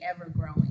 ever-growing